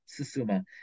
Susuma